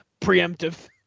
Preemptive